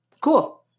cool